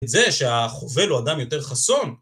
את זה שהחובל הוא אדם יותר חסון.